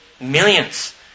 millions